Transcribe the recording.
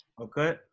Okay